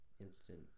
Instant